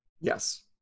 Yes